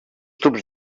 tubs